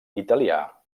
italià